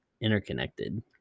interconnected